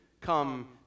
come